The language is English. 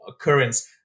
occurrence